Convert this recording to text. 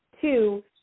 two